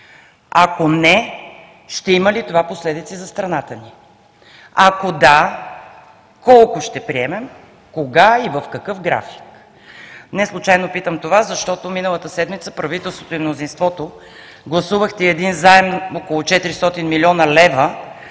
Ако – не, ще има ли това последици за страната ни? Ако – да, колко ще приемем, кога и в какъв график? Неслучайно питам това, защото миналата седмица правителството и мнозинството гласувахте един заем около 400 млн. лв.